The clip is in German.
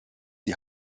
die